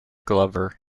glover